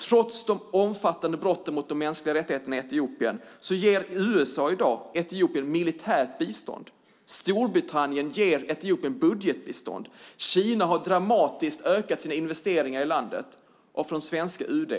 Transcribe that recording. Trots de omfattande brotten mot de mänskliga rättigheterna ger USA i dag Etiopien militärt bistånd. Storbritannien ger Etiopien budgetbistånd. Kina har dramatiskt ökat sina investeringar i landet, och från svenska UD